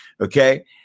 okay